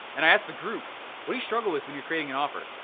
and i asked the group what do you struggle with when you're creating an offer?